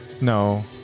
No